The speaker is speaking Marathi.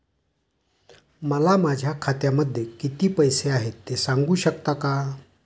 मला माझ्या खात्यामध्ये किती पैसे आहेत ते सांगू शकता का?